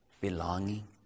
belonging